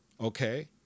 Okay